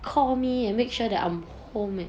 call me and make sure that I'm home